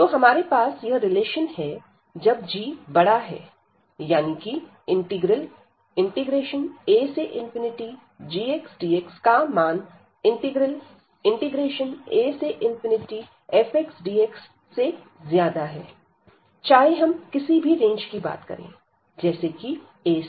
तो हमारे पास यह रिलेशन है जब g बड़ा है यानी कि इंटीग्रल agxdx का मान इंटीग्रल afxdx से ज्यादा है चाहे हम किसी भी रेंज की बात करें जैसे कि a से